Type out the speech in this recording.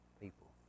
people